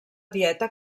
dieta